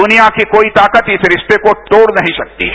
दुनिया की कोई ताकत इस रिस्ते को तोड़ नहीं सकती है